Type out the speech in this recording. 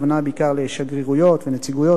הכוונה בעיקר לשגרירויות ונציגויות.